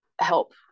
help